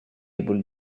able